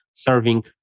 serving